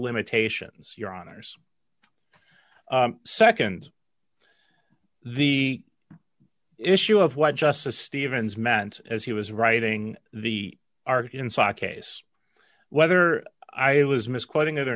limitations your honour's second the issue of what justice stevens meant as he was writing the arkansas case whether i was misquoting it or